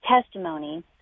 testimony